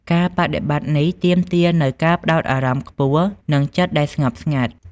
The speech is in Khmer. ការបដិបត្តិនេះទាមទារនូវការផ្តោតអារម្មណ៍ខ្ពស់និងចិត្តដែលស្ងប់ស្ងាត់។